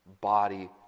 body